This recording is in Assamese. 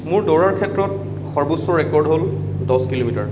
মোৰ দৌৰৰ ক্ষেত্ৰত সৰ্বোচ্চ ৰেকৰ্ড হ'ল দহ কিলোমিটাৰ